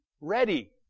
ready